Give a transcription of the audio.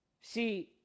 see